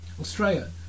Australia